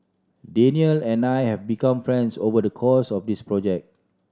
Danial and I have become friends over the course of this project